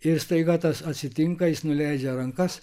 ir staiga tas atsitinka jis nuleidžia rankas